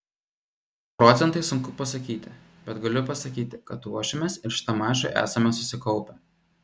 procentais sunku pasakyti bet galiu pasakyti kad ruošėmės ir šitam mačui esame susikaupę